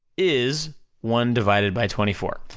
is one divided by twenty four,